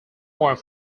point